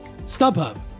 StubHub